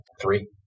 Three